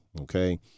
Okay